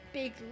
big